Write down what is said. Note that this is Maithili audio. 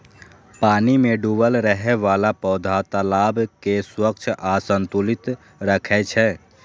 पानि मे डूबल रहै बला पौधा तालाब कें स्वच्छ आ संतुलित राखै छै